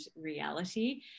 reality